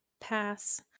Pass